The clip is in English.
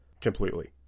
completely